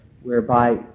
whereby